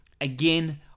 Again